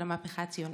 של המהפכה הציונית.